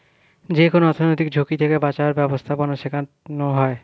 যেকোনো অর্থনৈতিক ঝুঁকি থেকে বাঁচার ব্যাবস্থাপনা শেখানো হয়